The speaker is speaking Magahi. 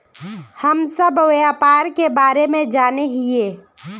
हम सब व्यापार के बारे जाने हिये?